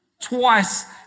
Twice